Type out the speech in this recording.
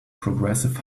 progressive